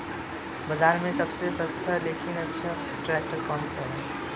बाज़ार में सबसे सस्ता लेकिन अच्छा ट्रैक्टर कौनसा है?